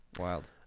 wild